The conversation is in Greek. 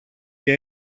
και